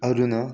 ꯑꯗꯨꯅ